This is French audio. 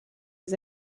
les